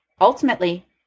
ultimately